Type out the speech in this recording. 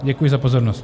Děkuji za pozornost.